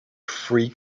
three